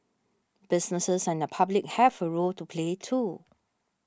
businesses and the public have a role to play too